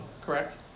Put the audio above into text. Correct